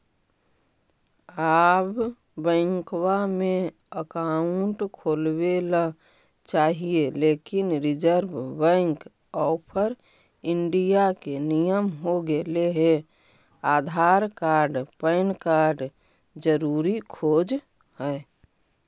आब बैंकवा मे अकाउंट खोलावे ल चाहिए लेकिन रिजर्व बैंक ऑफ़र इंडिया के नियम हो गेले हे आधार कार्ड पैन कार्ड जरूरी खोज है?